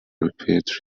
repeat